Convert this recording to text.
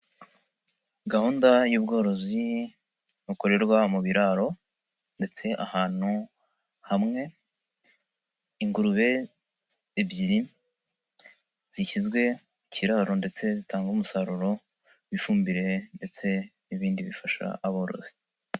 Gahunda y'ubworozi bukorerwa mu biraro ndetse ahantu hamwe, ingurube ebyiri, zishyizwe mu kiraro ndetse zitanga umusaruro w'ifumbire ndetse n'ibindi bifasha aborozi.